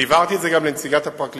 אני הבהרתי את זה גם לנציגת הפרקליטות,